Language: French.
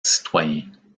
citoyens